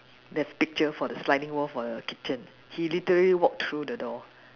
they have picture for the sliding wall for the kitchen he literally walk through the door